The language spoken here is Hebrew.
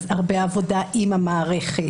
אז הרבה עבודה עם המערכת,